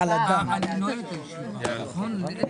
הישיבה ננעלה בשעה 15:30.